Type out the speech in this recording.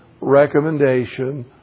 recommendation